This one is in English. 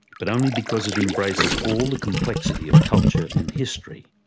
but only because it embraces all the complexity of culture and history.